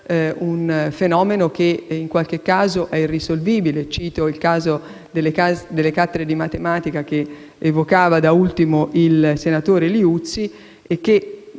un fenomeno che in qualche caso è irrisolvibile. Cito il caso delle cattedre di matematica, evocato da ultimo dal senatore Liuzzi, che